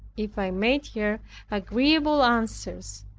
if i made her agreeable answers,